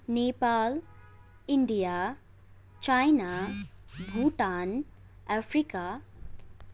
Nepal India China Bhutan Africa